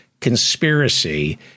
conspiracy